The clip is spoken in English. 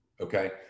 Okay